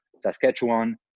Saskatchewan